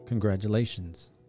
Congratulations